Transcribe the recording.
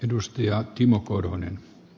arvoisa herra puhemies